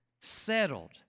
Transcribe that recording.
Settled